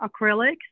acrylics